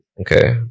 okay